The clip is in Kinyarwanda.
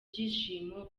byishimo